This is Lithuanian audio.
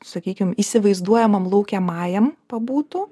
sakykim įsivaizduojamam laukiamajam pabūtų